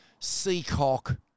seacock